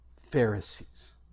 pharisees